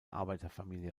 arbeiterfamilie